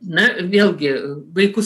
na vėlgi vaikus